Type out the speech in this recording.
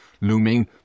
looming